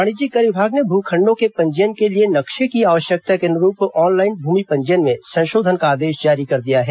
वाणिज्यिक कर विभाग ने भू खण्डों के पंजीयन के लिए नक्शे की आवश्यकता के अनुरूप ऑनलाइन भूमि पंजीयन में संशोधन का आदेश जारी कर दिया है